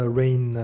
rain